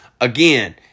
Again